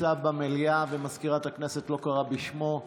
נמצא במליאה ומזכירת הכנסת לא קראה בשמו?